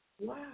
wow